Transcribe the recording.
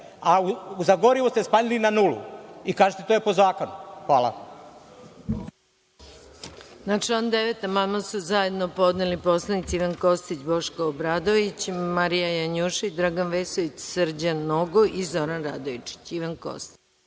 a za gorivo ste smanjili na nulu i kažete – to je po zakonu. Hvala.